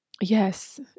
yes